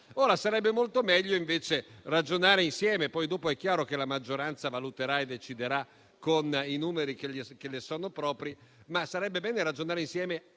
Sarebbe molto meglio, invece, ragionare insieme, poi è chiaro che la maggioranza valuterà e deciderà con i numeri che le sono propri, ma sarebbe bene ragionare insieme